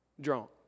drunk